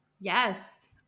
Yes